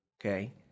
Okay